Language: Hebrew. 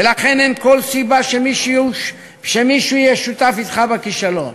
ולכן אין כל סיבה שמישהו יהיה שותף אתך בכישלון.